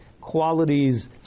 qualities